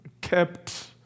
kept